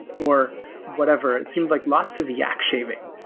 or whatever. it seems like lots of yak shaving.